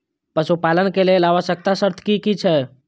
पशु पालन के लेल आवश्यक शर्त की की छै?